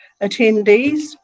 attendees